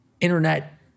internet